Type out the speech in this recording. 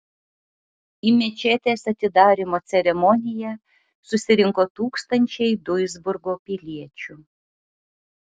į mečetės atidarymo ceremoniją susirinko tūkstančiai duisburgo piliečių